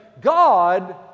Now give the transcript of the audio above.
God